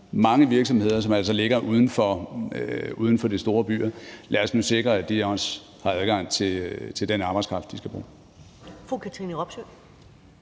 mange virksomheder, som altså ligger uden for de store byer. Lad os nu sikre, at de også har adgang til den arbejdskraft, de skal bruge.